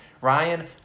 Ryan